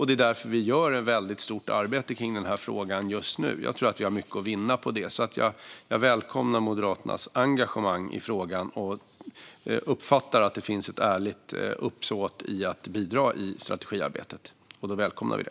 Det är därför vi gör ett väldigt stort arbete i den här frågan just nu. Jag tror att vi har mycket att vinna på det. Jag välkomnar Moderaternas engagemang i frågan och uppfattar att det finns ett ärligt uppsåt att bidra i strategiarbetet.